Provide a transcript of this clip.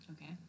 Okay